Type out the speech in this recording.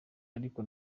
ariko